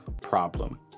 problem